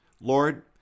Lord